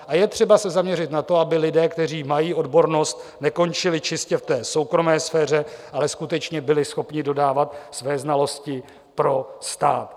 A je třeba se zaměřit na to, aby lidé, kteří mají odbornost, nekončili čistě v té soukromé sféře, ale skutečně byli schopni dodávat své znalosti pro stát.